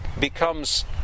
becomes